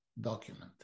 document